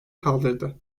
kaldırdı